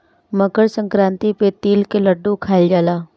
मकरसंक्रांति पे तिल के लड्डू खाइल जाला